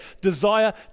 desire